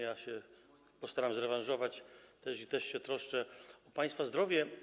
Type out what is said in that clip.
Ja się postaram zrewanżować, też się troszczę o państwa zdrowie.